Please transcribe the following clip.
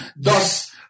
Thus